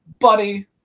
buddy